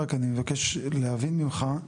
אני מבקש להבין ממך,